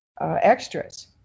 extras